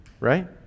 Right